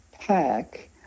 pack